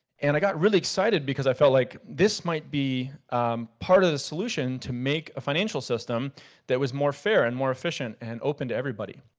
and i got really excited because i felt like this might be part of the solution to make a financial system that was more fair and more efficient and open to everybody.